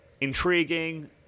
intriguing